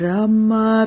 Rama